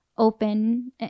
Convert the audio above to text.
open